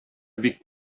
бик